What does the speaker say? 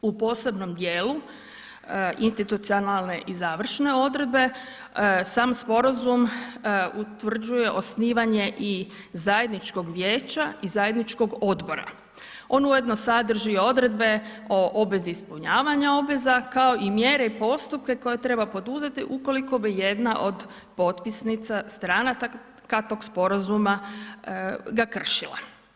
U posebnom djelu institucionalne i završne odredbe, sam sporazum utvrđuje i osnivanje zajedničkog vijeća i zajedničkog odbora, on ujedno sadrži odredbe o obvezi ispunjavanja obveza kao i mjere i postupke koje treba poduzeti ukoliko bi jedna od potpisnica stranka tog sporazuma ga kršila.